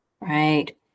right